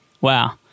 Wow